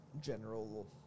general